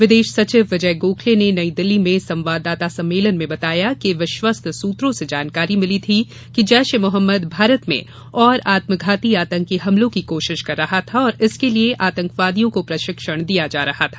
विदेश सचिव विजय गोखले ने नई दिल्ली में संवाददाता सम्मेलन में बताया कि विश्वस्त सूत्रों से जानकारी मिली थी कि जैश ए मोहम्मद भारत में और आत्मघाती आतंकी हमलों की कोशिश कर रहा था और इसके लिए आतंकवादियों को प्रशिक्षण दिया जा रहा था